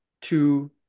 two